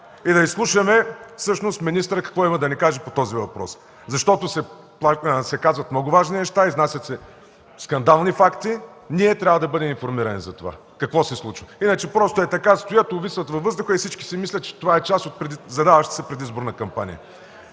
за да изслушаме какво има да ни каже по този въпрос министърът. Защото се казват много важни неща, изнасят се скандални факти. Ние трябва да бъдем информирани за това какво се случва. Иначе просто ей така стоят, увисват във въздуха и всички си мислят, че това е част от задаващата се предизборна кампания.